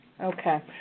Okay